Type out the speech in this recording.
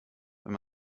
wenn